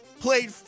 played